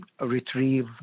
retrieve